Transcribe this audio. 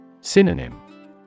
Synonym